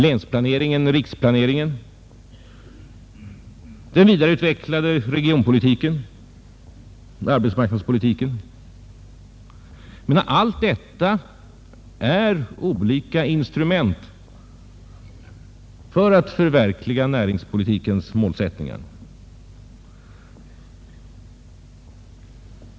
Länsplaneringen, riksplaneringen, den vidareutvecklade regionpolitiken, arbetsmarknadspolitiken — allt detta är olika instrument för att förverkliga näringspolitikens målsättningar.